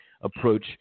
approach